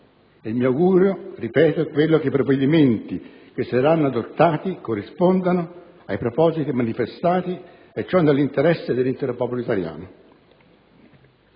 costituzionale, è quello che i provvedimenti che saranno adottati corrispondano ai propositi manifestati e ciò nell'interesse dell'intero popolo italiano.